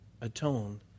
atone